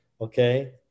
Okay